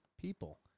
people